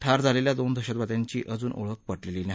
ठार झालेल्या दोन दहशतवाद्यांची अजून ओळख पटलेली नाही